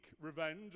revenge